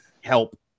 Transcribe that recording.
help